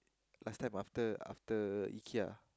last time after after Ikea